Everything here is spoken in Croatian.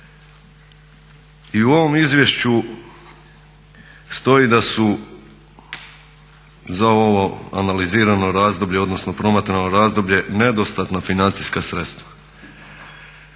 I u ovom izvješću stoji da su za ovo analizirano razdoblje odnosno promatrano razdoblje nedostatna financijska sredstva.